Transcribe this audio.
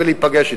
להיפגש אתם.